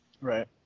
Right